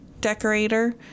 decorator